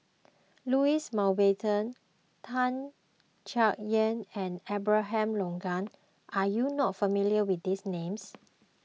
Louis Mountbatten Tan Chay Yan and Abraham Logan are you not familiar with these names